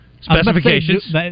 specifications